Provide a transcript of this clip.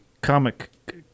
comic